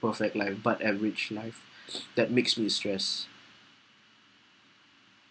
perfect life but average life that makes me stress